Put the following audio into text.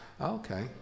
Okay